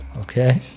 okay